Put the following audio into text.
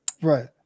Right